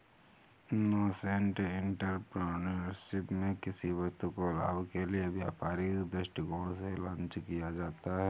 nascent entrepreneurship में किसी वस्तु को लाभ के लिए व्यापारिक दृष्टिकोण से लॉन्च किया जाता है